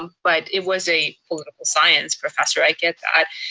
but it was a political science professor, i get that.